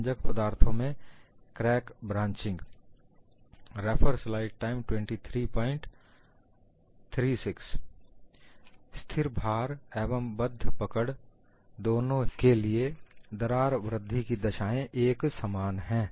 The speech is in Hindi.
भंजक पदार्थों में क्रैक ब्रांचिंग स्थिर भार एवं बद्ध पकड़ दोनों के लिए दरार वृद्धि की दशाएं एक समान है